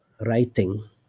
writing